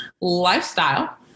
lifestyle